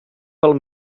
pel